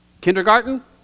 Kindergarten